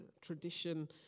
tradition